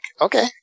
okay